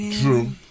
True